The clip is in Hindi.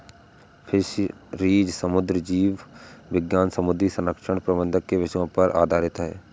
फिशरीज समुद्री जीव विज्ञान समुद्री संरक्षण प्रबंधन के विषयों पर आधारित है